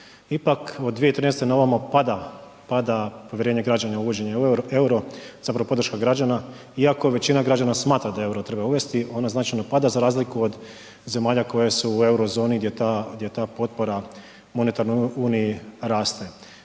ipak od 2013. na ovamo pada, pada povjerenje građana na uvođenje eura, zapravo podrška građana. Iako većina građana smatra da euro treba uvesti ona značajno pada za razliku od zemalja koje su u Eurozoni gdje ta potpora monetarnoj uniji raste.